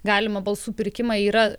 galimą balsų pirkimą yra